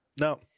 no